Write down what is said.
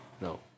No